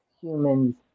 humans